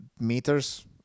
meters